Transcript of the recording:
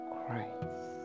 Christ